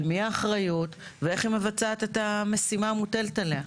על מי האחריות ואיך היא מבצעת את המשימה המוטלת עליה.